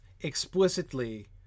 explicitly